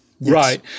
Right